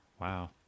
Wow